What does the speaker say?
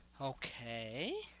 Okay